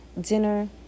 dinner